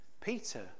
Peter